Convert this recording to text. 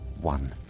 one